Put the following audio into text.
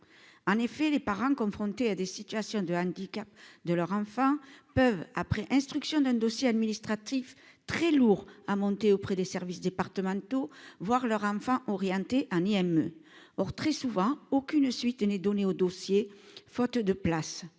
en effet, les parents confrontés à des situations de handicap de leur enfant peuvent après instruction d'un dossier administratif très lourd à monter auprès des services départementaux, voir leur enfant orienté un IME or très souvent aucune suite n'est donnée au dossier, faute de place,